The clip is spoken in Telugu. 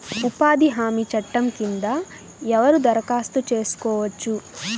ఉపాధి హామీ చట్టం కింద ఎవరు దరఖాస్తు చేసుకోవచ్చు?